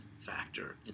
factor